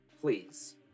Please